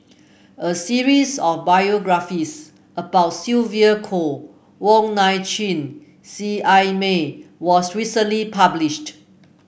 a series of biographies about Sylvia Kho Wong Nai Chin Seet Ai Mee was recently published